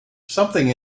something